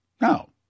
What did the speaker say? No